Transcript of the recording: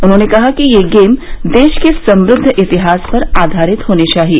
उन्होंने कहा कि ये गेम देश के समृद्व इतिहास पर आधारित होने चाहिए